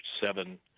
seven